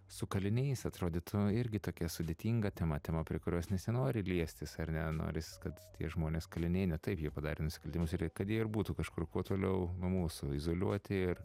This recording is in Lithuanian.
su kaliniais atrodytų irgi tokia sudėtinga tema tema prie kurios nesinori liestis ar ne noris kad tie žmonės kaliniai na taip jie padarė nusikaltimus ir jie kad jie būtų kažkur kuo toliau nuo mūsų izoliuoti ir